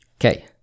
Okay